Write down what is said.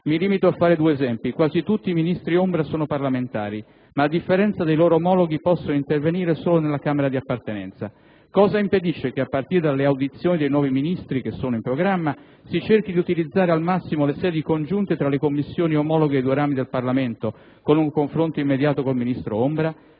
Mi limito a fare due esempi. Quasi tutti i Ministri ombra sono parlamentari ma, a differenza dei loro omologhi, possono intervenire solo nella Camera di appartenenza. Cosa impedisce che a partire dalle audizioni dei nuovi Ministri (che sono in programma) si cerchi di utilizzare al massimo le sedi congiunte tra le Commissioni omologhe dei due rami del Parlamento, con un confronto immediato col Ministro ombra?